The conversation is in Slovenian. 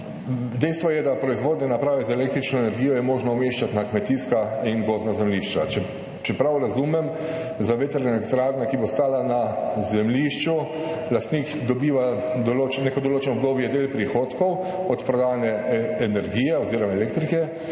Dejstvo je, da je proizvodne naprave za električno energijo možno umeščati na kmetijska in gozdna zemljišča. Če prav razumem, za vetrne elektrarne, ki bodi stale na zemljišču, lastnik dobiva neko določeno obdobje del prihodkov od prodane energije oziroma elektrike.